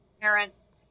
parents